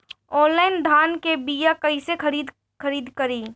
Online धान के बीया कइसे खरीद करी?